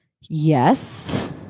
yes